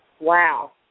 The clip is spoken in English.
wow